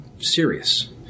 serious